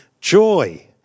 joy